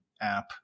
app